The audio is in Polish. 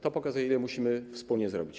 To pokazuje, ile musimy wspólnie zrobić.